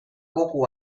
kogu